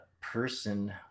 person